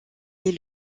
est